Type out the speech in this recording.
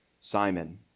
Simon